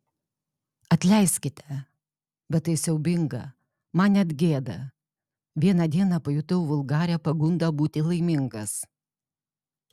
atleiskite bet tai siaubinga man net gėda vieną dieną pajutau vulgarią pagundą būti laimingas